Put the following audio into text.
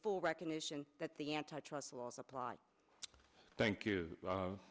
full recognition that the antitrust laws apply thank you